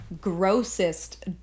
grossest